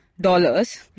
dollars